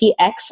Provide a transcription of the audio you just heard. tx